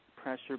pressure